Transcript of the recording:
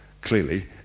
clearly